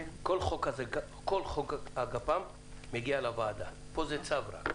כל חוק הגפ"מ מגיע לוועדה, פה זה רק צו.